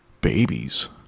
babies